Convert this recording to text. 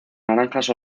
naranjas